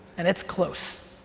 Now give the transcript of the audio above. and it's close,